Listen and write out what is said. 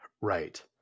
Right